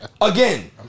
Again